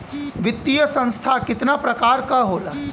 वित्तीय संस्था कितना प्रकार क होला?